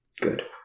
Good